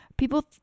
People